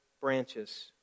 branches